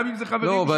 גם אם זה חברים שלי.